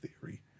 theory